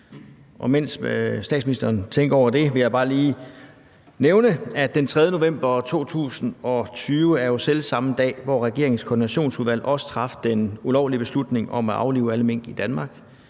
Mens statsministeren tænker over det, vil jeg bare lige nævne, at den 3. november 2020 jo er selv samme dag, hvor regeringens koordinationsudvalg traf den ulovlige beslutning om at aflive alle mink i Danmark.